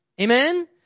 Amen